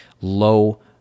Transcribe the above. low